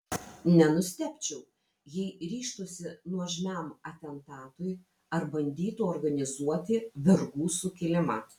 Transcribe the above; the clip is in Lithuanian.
nenustebčiau jei ryžtųsi nuožmiam atentatui ar bandytų organizuoti vergų sukilimą